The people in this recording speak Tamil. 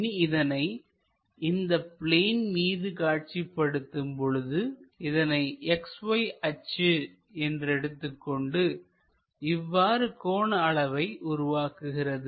இனி இதனை இந்த பிளேன் மீது காட்சிப்படுத்தும் பொழுது இதனை XY அச்சு என்று எடுத்துகொண்டு இவ்வாறு கோண அளவை உருவாகிறது